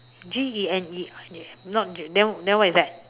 G E N E not then then what is that